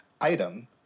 item